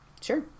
Sure